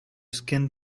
skinned